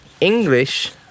English